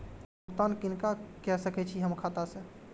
भुगतान किनका के सकै छी हम खाता से?